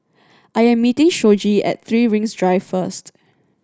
I am meeting Shoji at Three Rings Drive first